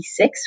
1986